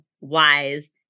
wise